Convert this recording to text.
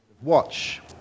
watch